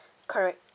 correct